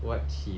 what C